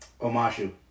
Omashu